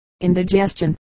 Indigestion